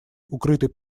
укрытой